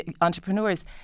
entrepreneurs